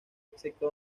excepto